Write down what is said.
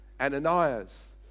Ananias